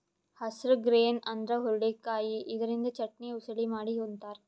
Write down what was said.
horse grain ಅಂದ್ರ ಹುರಳಿಕಾಯಿ ಇದರಿಂದ ಚಟ್ನಿ, ಉಸಳಿ ಮಾಡಿ ಉಂತಾರ್